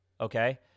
okay